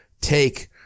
take